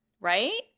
right